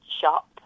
shop